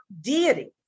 deity